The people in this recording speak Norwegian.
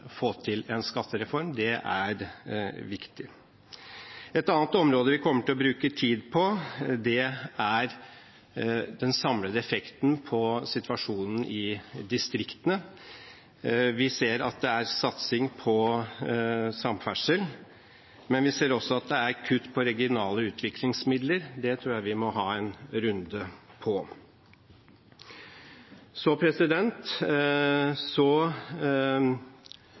få til en skattereform. Det er viktig. Et annet område vi kommer til å bruke tid på, er den samlede effekten på situasjonen i distriktene. Vi ser at det er satsing på samferdsel, men vi ser også at det er kutt i regionale utviklingsmidler. Det tror jeg vi må ha en runde om. Så har jeg merket meg at finansministeren er så